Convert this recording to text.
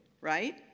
right